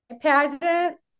pageant